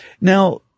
Now